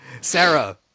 Sarah